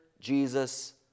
Jesus